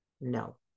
no